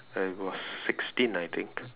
I was sixteen I think